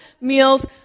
meals